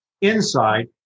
inside